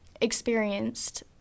experienced